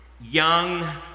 young